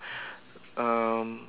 um